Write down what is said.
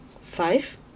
five-